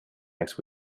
next